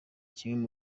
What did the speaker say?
kimwe